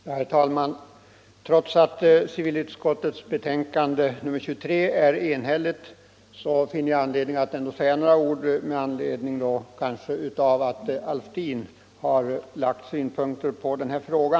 Herr talman! Trots att civilutskottets betänkande nr 23 är enhälligt finner jag anledning att säga några ord sedan herr Alftin har lagt vissa synpunkter på den här frågan.